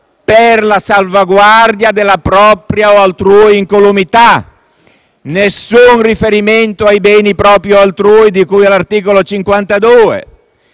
della salvaguardia della propria o altrui incolumità, e non vi è alcun riferimento ai beni proprio o altrui di cui all'articolo 52.